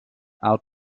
alt